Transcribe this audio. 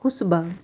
حُسہٕ بَب